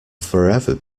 forever